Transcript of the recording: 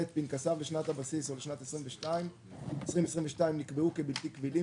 (ב)פנקסיו לשנת הבסיס או לשנת המס 2022 נקבעו כבלתי קבילים,